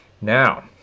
Now